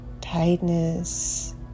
tightness